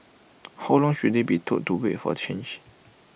how long should they be told to wait for the change